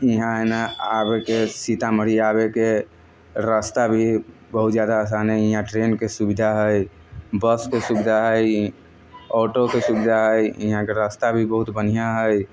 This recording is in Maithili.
इहाँ एना आबैके सीतामढ़ी आबैके रस्ता भी बहुत जादा आसान हइ इहाँ ट्रेनके सुविधा हइ बसके सुविधा हइ ऑटोके सुविधा हइ इहाँके रस्ता भी बहुत बढ़िआँ हइ